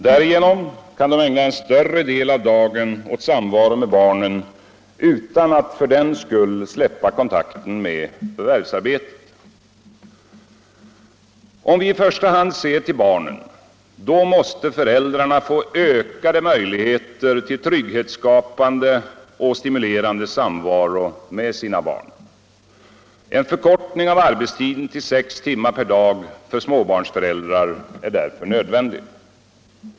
Därigenom kan de ägna en större del av dagen åt samvaro med barnen utan att för den skull släppa kontakten med förvärvsarbetet. Om vi i första hand ser till barnen, så måste föräldrarna få ökade möjligheter till trygghetsskapande och stimulerande samvaro med sina barn. En förkortning av arbetstiden till sex timmar per dag för småbarnsföräldrar är därför nödvändig.